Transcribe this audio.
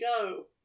go